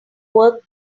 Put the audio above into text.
work